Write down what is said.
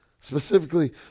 specifically